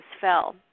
fell